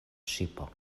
ŝipo